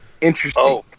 Interesting